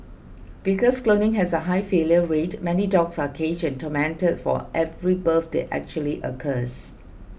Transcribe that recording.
because cloning has a high failure rate many dogs are caged and tormented for every birth that actually occurs